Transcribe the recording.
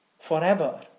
forever